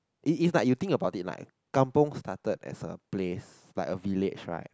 i~ is like you think about it lah kampung started as a place like a village right